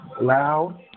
Loud